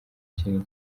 kinini